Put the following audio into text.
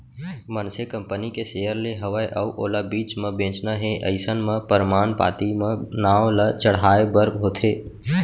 मनसे कंपनी के सेयर ले हवय अउ ओला बीच म बेंचना हे अइसन म परमान पाती म नांव ल चढ़हाय बर होथे